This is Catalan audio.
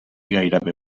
gairebé